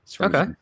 Okay